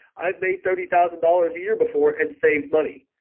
i've made thirty thousand dollars a year before and saved money.